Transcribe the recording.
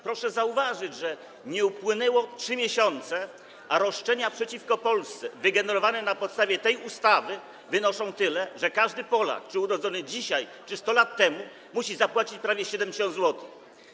Proszę zauważyć, że nie upłynęły 3 miesiące, a roszczenia przeciwko Polsce wygenerowane na podstawie tej ustawy wynoszą tyle, że każdy Polak, czy to urodzony dzisiaj, czy 100 temu, musi zapłacić prawie 70 zł.